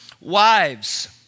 wives